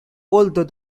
although